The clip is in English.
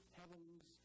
heaven's